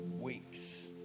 weeks